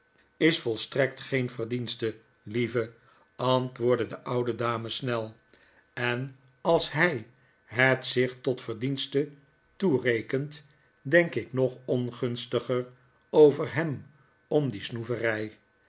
is volstrekt geen verdienste lieve antwoordde de oude dame snel enals hy het zich tot verdienste toerekent denk ik nog ongunstiger over hem om die snoevery